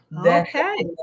Okay